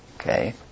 Okay